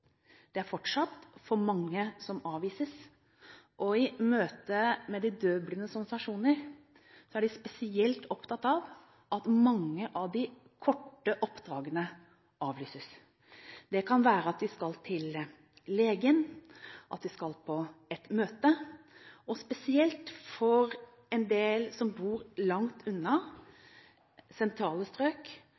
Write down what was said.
Det er fortsatt for mange som avvises, og i møte med de døvblindes organisasjoner er de spesielt opptatt av at mange av de korte oppdragene avvises. Det kan være at de skal til legen eller i et møte. Spesielt for en del som bor langt unna sentrale strøk,